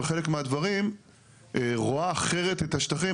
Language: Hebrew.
קרה פה דבר שלמעשה שר החקלאות רץ והתקדם עם החוק,